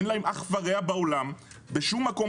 אין להן אח ורע בעולם בשום מקום.